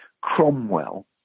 Cromwell